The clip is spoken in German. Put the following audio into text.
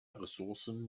ressourcen